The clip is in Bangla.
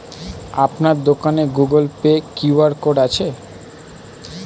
আপনার দোকানে গুগোল পে কিউ.আর কোড আছে?